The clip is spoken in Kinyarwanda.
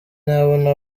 nabona